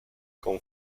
con